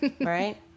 right